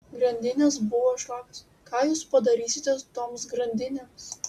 grandinės buvo šlapios ką jūs padarysite toms grandinėms